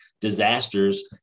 disasters